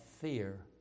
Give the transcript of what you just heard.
fear